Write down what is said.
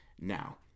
now